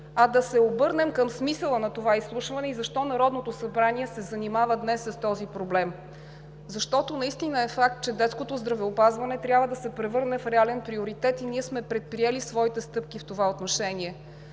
а да се обърнем към смисъла на това изслушване и защо Народното събрание се занимава днес с този проблем? Защото наистина е факт, че детското здравеопазване трябва да се превърне в реален приоритет, и ние сме предприели своите стъпки в това отношение.